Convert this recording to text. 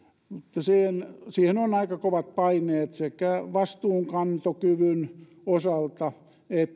mutta siihen on aika kovat paineet sekä vastuunkantokyvyn osalta